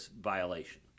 violation